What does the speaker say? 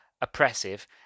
oppressive